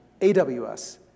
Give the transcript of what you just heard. AWS